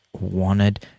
wanted